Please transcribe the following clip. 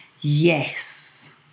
Yes